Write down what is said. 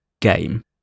game